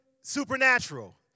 Supernatural